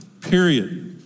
period